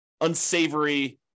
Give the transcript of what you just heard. unsavory